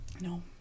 No